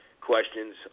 questions